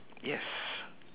yes